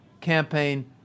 campaign